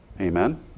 Amen